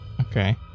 Okay